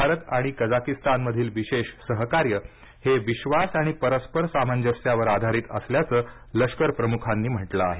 भारत आणि कजाकिस्तानमधील विशेष सहकार्य हे विद्वास आणि परस्पर सामंजस्यावर आधारित असल्याचं लष्कर प्रमुखांनी म्हटलं आहे